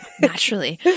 naturally